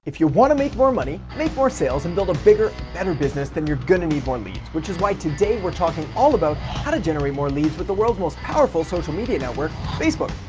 if you want to make more money, make more sales, and build a bigger better business, then you're gonna need more leads, which is why today we're talking all about how to generate more leads with the world's most powerful social media network, facebook.